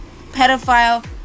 pedophile